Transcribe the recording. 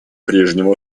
прежнему